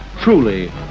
Truly